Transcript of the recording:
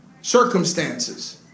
circumstances